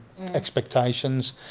expectations